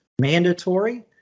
mandatory